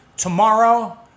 Tomorrow